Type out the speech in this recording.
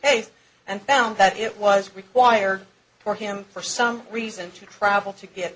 case and found that it was required for him for some reason to travel to get